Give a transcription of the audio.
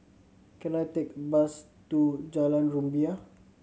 can I take a bus to Jalan Rumbia